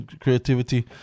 creativity